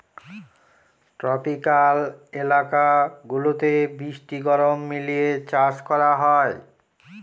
tropical এলাকা গুলাতে বৃষ্টি গরম মিলিয়ে চাষ করা হয়